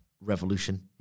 Revolution